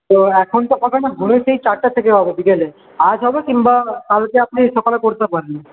তো এখন তো হবেনা ঘুরে সেই চারটে থেকে হবে বিকেলে আজ হবে কিংবা কালকে আপনি সকালে করতে পারেন